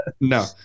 No